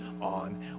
on